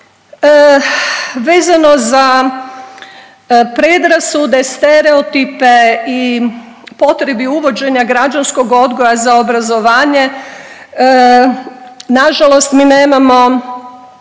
Vezano za predrasude, stereotipe i potrebi uvođenja građanskog odgoja za obrazovanje na žalost mi nemamo